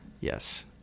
Yes